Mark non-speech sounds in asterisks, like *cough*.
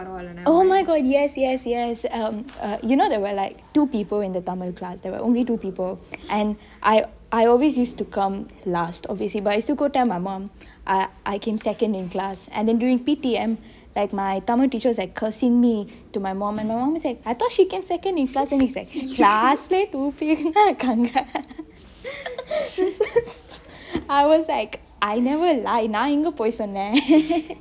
oh my god yes yes yes ugh ugh you know there were like two people in the tamil class there were only two people and I I always used to come last obviously but I still go tell my mum I I came second in class and then during P_T my tamil teacher is like cursing me to my mum and my mum is like I thought she came second in class class லெயே:leye two பேரு தா இருக்காங்க:peru thaa irukkange *laughs* I was like I never lie நா எங்க பொய் சொன்ன:naa engge poi sonne